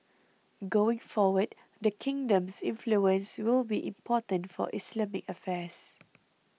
going forward the kingdom's influence will be important for Islamic affairs